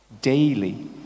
daily